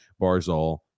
Barzal